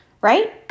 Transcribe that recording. right